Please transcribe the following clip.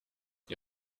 die